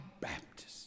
Baptist